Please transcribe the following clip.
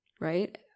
right